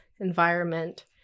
environment